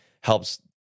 helps